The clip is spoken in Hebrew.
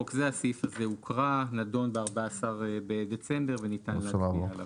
3 הוקרא, נדון ב-14 בדצמבר, לכן ניתן להצביע עליו.